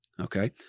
Okay